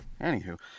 Anywho